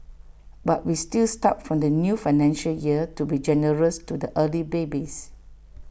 but we will start from the new financial year to be generous to the early babies